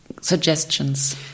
suggestions